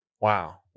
Wow